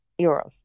euros